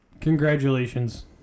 congratulations